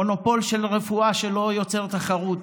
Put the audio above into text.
מונופול של רפואה שלא יוצר תחרות.